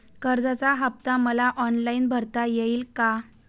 कर्जाचा हफ्ता मला ऑनलाईन भरता येईल का?